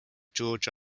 george